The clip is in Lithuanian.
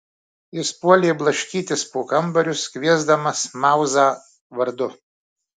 jis puolė blaškytis po kambarius kviesdamas mauzą vardu